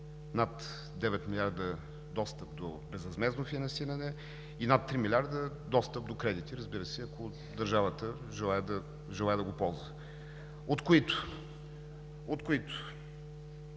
над 9 милиарда достъп до безвъзмездно финансиране и над 3 милиарда достъп до кредити, разбира се, ако държавата желае да го ползва, от които така